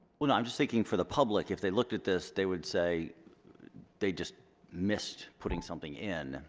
well i'm just thinking for the public. if they looked at this they would say they just missed putting something in,